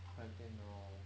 开电脑